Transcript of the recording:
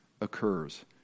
occurs